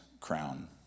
crown